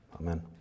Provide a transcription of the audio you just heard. Amen